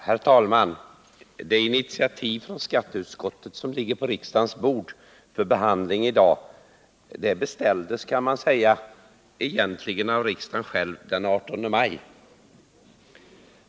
Herr talman! Det initiativ från skatteutskottet som ligger på riksdagens bord för behandling i dag beställdes, kan man säga, egentligen av riksdagen den 18 maj.